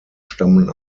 stammen